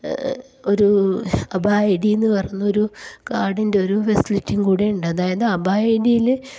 ഒരു ABHA I D എന്ന് പറയുന്നൊരു കാർഡിൻ്റെ ഒരു ഫെസിലിറ്റി കൂടിയും ഉണ്ട് അതായത് അബാ ഐഡിയിൽ